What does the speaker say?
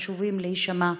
חשוב שיישמעו.